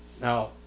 Now